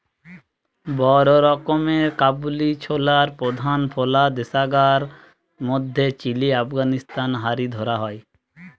বড় রকমের কাবুলি ছোলার প্রধান ফলা দেশগার মধ্যে চিলি, আফগানিস্তান হারি ধরা হয়